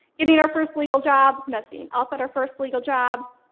getting our first legal job, messing up at our first legal job.